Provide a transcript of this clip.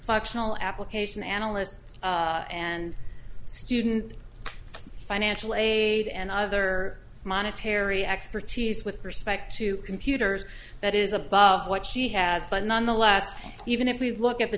functional application analyst and student financial aid and other monetary expertise with respect to computers that is above what she has done on the last even if we look at the